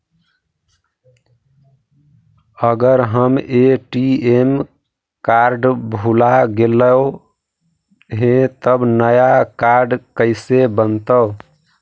अगर हमर ATM card भुला गैलै हे तब नया काड कइसे बनतै?